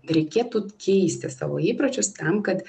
reikėtų keisti savo įpročius tam kad